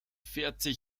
vierzig